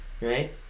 right